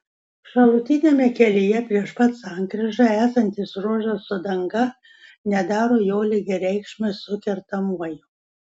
šalutiniame kelyje prieš pat sankryžą esantis ruožas su danga nedaro jo lygiareikšmio su kertamuoju